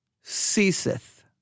ceaseth